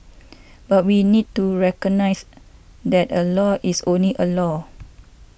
but we need to recognise that a law is only a law